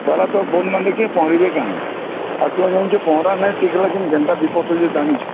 ତାର ତ ବନ ନା ଦେଖବେ ପହଁରିବେ କାଣ ଆଉ ତୁମେ ଜାଣିଛ ପହଁରା ନାଇଁ ଶିଖିଲେ କି ଯେନ୍ତା ବିପଦ ତୁମେ ଜାଣିଛ